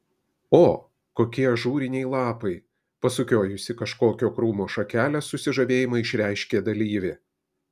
o kokie ažūriniai lapai pasukiojusi kažkokio krūmo šakelę susižavėjimą išreiškė dalyvė